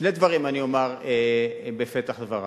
שני דברים אומר בפתח דברי: